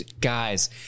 Guys